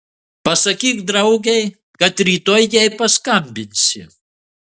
pasakyk draugei kad rytoj jai paskambinsi